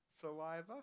saliva